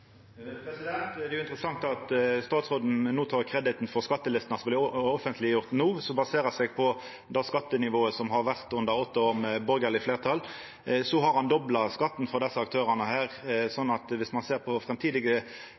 Det er interessant at statsråden tek kreditten for skattelistene som vart offentleggjorde no, som baserer seg på det skattenivået som har vore under åtte år med borgarleg fleirtal. Han har dobla skatten for desse aktørane her, så ein må sjå på framtidige